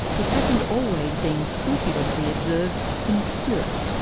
it hasn't always been scrupulously observed in spirit.